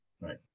Right